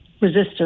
resistance